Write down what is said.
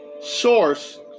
source